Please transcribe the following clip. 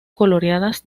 coloreadas